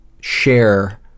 share